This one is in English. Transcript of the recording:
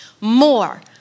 more